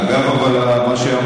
אגב מה שאמרתי,